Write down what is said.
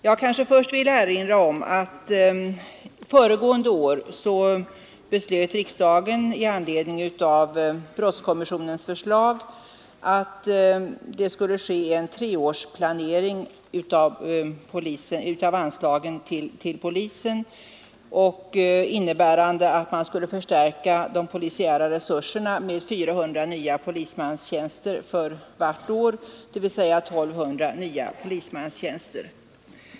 Jag vill först erinra om att riksdagen föregående år i anledning av brottskommissionens förslag beslöt att det skulle ske en treårsplanering av anslagen till polisen innebärande att man skulle förstärka de polisiära resurserna med 400 nya polismanstjänster för varje år, dvs. 1 200 nya polismanstjänster.